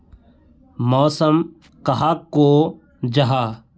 मौसम कहाक को जाहा?